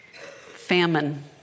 famine